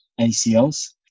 ACLs